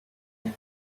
here